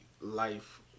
life